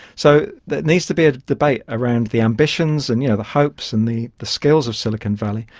so there needs to be a debate around the ambitions and you know the hopes and the the skills of silicon valley,